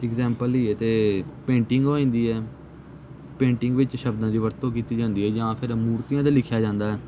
example ਲਈਏ ਤਾਂ painting ਹੋ ਜਾਂਦੀ ਆ ਪੇਂਟਿੰਗ ਵਿੱਚ ਸ਼ਬਦਾਂ ਦੀ ਵਰਤੋਂ ਕੀਤੀ ਜਾਂਦੀ ਹੈ ਜਾਂ ਫਿਰ ਮੂਰਤੀਆਂ 'ਤੇ ਲਿਖਿਆ ਜਾਂਦਾ